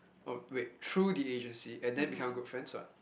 oh wait through the agency and then become good friends [what]